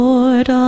Lord